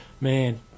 man